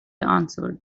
answered